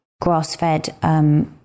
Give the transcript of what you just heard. grass-fed